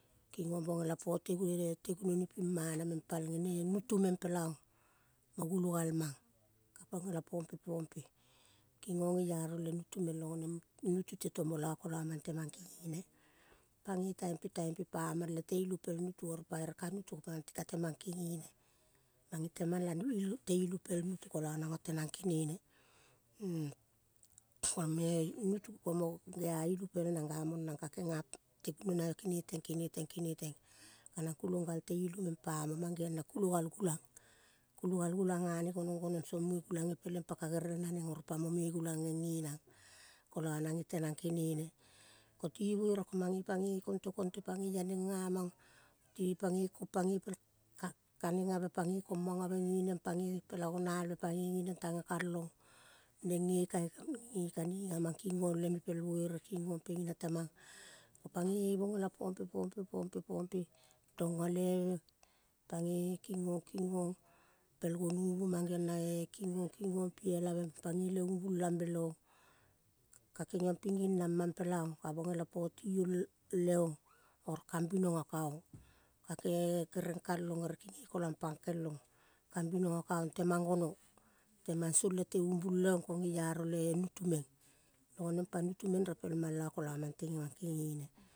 Kingong bongela pote gunoni. Te gunoni pimana meng palnge ne nutu meng pelaong. Mo gulo galmang, ka pompe, pompe kingong ngeiaro le nutu meng long onem nutu te tomo la kola mang temang kengene. Pangei taimpe, taimpe pamang le te ilu pel nutu oro pa ere kai pamang ti ka temang kengene. Mange temang la ilu te ilu pel nutu kola nanga tenanga kengene tonge nutu komo gea ilu pel nang gamang nang ka kenga te gunoni keneteng, keneteng, keneteng. Kanang kulong gal te ilu meng pamo mang geong na kulogal gulang kulogal gulang ngane gonong, gonong song mue gulange peleng pa ka gerel naneng. Oro pamo me gulang ngenge nang. Kola nange tenang kenene. Koti vere ka mange pange kente, kente pangea neng ngamang. Te pangel ko pangei pel kanengave pangei komangave nge neng, pangoi pela gonalve, pangei nge neng tange kalong. Neng nge nge kaniga mang kingong leme pel vere kingong pengina temang. Ko pangei bongela pompe, pompe, pomep tongaleve tange kingong, kingong pel gonuvu mang geong nae kingong, kingong pi elave. Pange umbulambe leong ka kengiong ping ginamang pelaong, ka bongela poti ong leong oro kambinoga kaong ka ke-kereng kal ong ere kenge kolang pangkel ong. Kambinoga kaong temang gonong. Temang song lete umbul leong ko ngearo le nutu meng. Long onem pa nutu meng repel mang la kola mang tenge mang kengene.